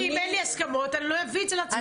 אם אין לי הסכמות, אני לא אביא את זה להצבעות.